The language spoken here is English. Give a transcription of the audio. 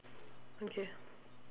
okay